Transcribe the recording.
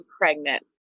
pregnant